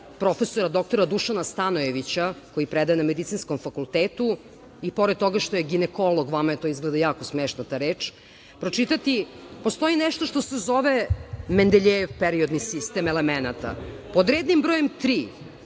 prof. dr Dušana Stanojevića, koji predaje na Medicinskom fakultetu, i pored toga što je ginekolog, vama je izgleda jako smešna ta reč, pročitati nešto što se zove Mendeljejev periodni sistem elemenata. Pod rednim brojem tri